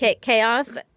chaos